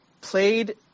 played